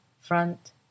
front